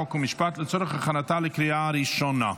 חוק והמשפט לצורך הכנתה לקריאה הראשונה.